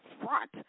front